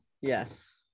yes